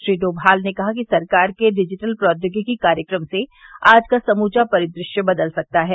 श्री डोमाल ने कहा कि सरकार के डिजिटल प्रौद्योगिकी कार्यक्रम से आज का समूचा परिदृश्य बदल सकता है